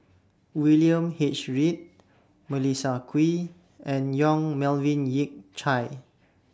William H Read Melissa Kwee and Yong Melvin Yik Chye